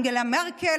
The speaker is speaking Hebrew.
אנגלה מרקל,